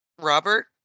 Robert